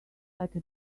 letter